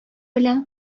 белән